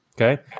Okay